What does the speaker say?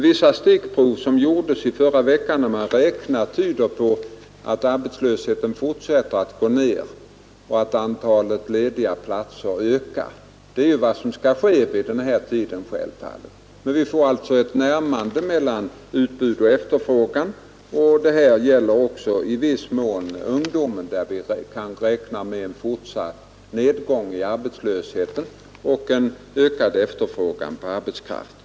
Vissa stickprov som gjordes förra veckan tyder på att arbetslösheten fortsätter att gå ned och att antalet lediga platser ökar. Det är vad som normalt skall ske vid den här tiden på året. Vi får ett närmande mellan utbud och efterfrågan på arbetskraft. Detta gäller också i viss mån ungdomarna, i fråga om vilka vi kan räkna med en fortsatt nedgång av arbetslösheten och en ökad efterfrågan på arbetskraft.